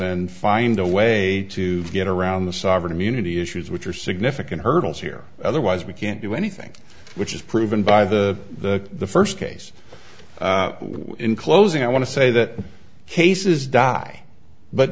and find a way to get around the sovereign immunity issues which are significant hurdles here otherwise we can't do anything which is proven by the first case in closing i want to say that cases die but